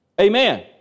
Amen